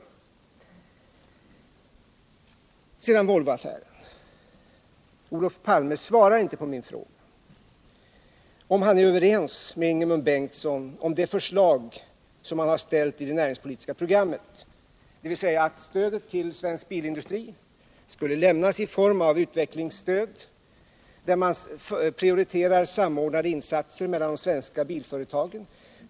Beträffande Volvoaffären svarade inte Olof Palme på min fråga om han var överens med Ingemund Bengtsson om det förslag som denne hade ställt i det näringspolitiska programmet, dvs. att stödet till svensk bilindustri skulle lämnas i form av utvecklingsstöd, där man prioriterar samordnade insatser mellan de svenska bilföretagen.